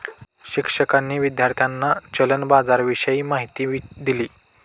शिक्षकांनी विद्यार्थ्यांना चलन बाजाराविषयी माहिती दिली